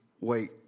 Wait